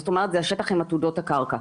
זאת אומרת, זה השטח עם עתודות הקרקע.